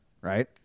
right